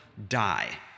die